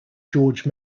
george